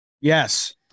Yes